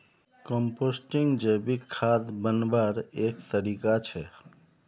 composting जैविक खाद बन्वार एक तरीका छे